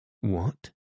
What